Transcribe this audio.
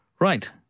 Right